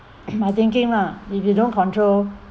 my thinking lah if you don't control